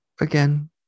again